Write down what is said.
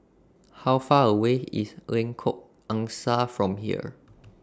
How Far away IS Lengkok Angsa from here